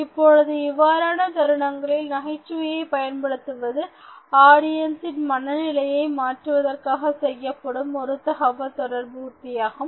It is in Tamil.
இப்பொழுது இவ்வாறான தருணங்களில் நகைச்சுவையை பயன்படுத்துவது ஆடியன்ஸின் மன நிலையை மாற்றுவதற்காக செய்யப்படும் ஒரு தகவல்தொடர்பு உத்தியாகும்